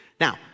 now